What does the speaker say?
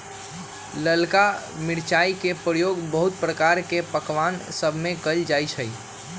ललका मिरचाई के प्रयोग बहुते प्रकार के पकमान सभमें कएल जाइ छइ